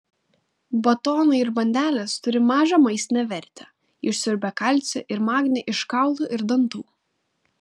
batonai ir bandelės turi mažą maistinę vertę išsiurbia kalcį ir magnį iš kaulų ir dantų